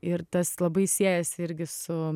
ir tas labai siejasi irgi su